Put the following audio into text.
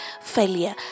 failure